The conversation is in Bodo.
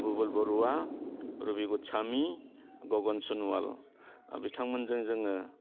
बुभोल बरुवा रबि ग'सवामि गगन सन'वाल बिथांमोनजों जोङो